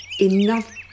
enough